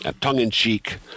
tongue-in-cheek